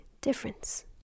difference